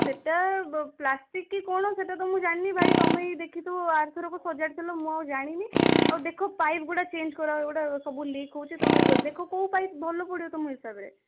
ସେଟା ପ୍ଲାଷ୍ଟିକ କି କ'ଣ ସେଟା ତ ମୁଁ ଜାଣିନି ଭାଇ ତୁମେ ହିଁ ଦେଖିଥିବ ଆର ଥରକ ସଜାଡ଼ି ଥିବ ମୁଁ ଆଉ ଜାଣିନି ଆଉ ଦେଖ ପାଇପ୍ ଗୁଡ଼ା ଚେଞ୍ଜ କର ଏଗୁଡ଼ା ସବୁ ଲିକ୍ ହେଉଛି ତୁମେ ଦେଖ କେଉଁ ପାଇପ୍ ଭଲ ପଡ଼ିବ ତୁମ ହିସାବରେ